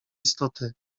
istoty